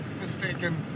mistaken